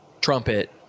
trumpet